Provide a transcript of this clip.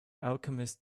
alchemist